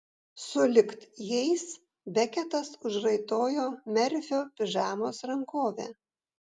sulig jais beketas užraitojo merfio pižamos rankovę